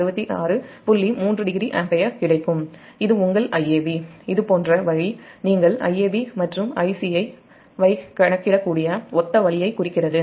3oஆம்பியர் கிடைக்கும் இது உங்கள் Iab இதேபோல நீங்கள் Ibc மற்றும் Ica வைக் கணக்கிடக்கூடிய ஒத்த வழியைக் குறிக்கிறது